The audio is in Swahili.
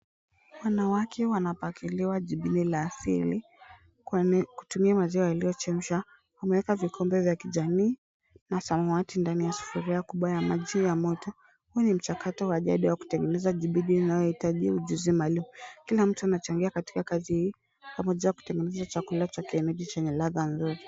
Wanawake wanapakiliwa jibini la asili kutumia maziwa yaliyochemshwa. Wameweka vikombe vya kijamii na samawati ndani ya sufuria kubwa ya maji ya moto. Huu ni mchakato wa jadi wa kutengeneza jibini inayohitaji ujuzi maalum. Kila mtu anachangia katika kazi hii kama njia ya kutengeneza chakula cha kienyeji chenye ladha nzuri.